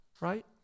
right